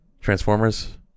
Transformers